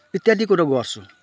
इत्यादि कुरो गर्छु